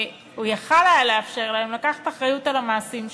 הוא יכול היה לאפשר להם לקחת אחריות על המעשים שלהם,